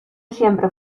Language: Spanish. siempre